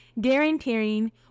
guaranteeing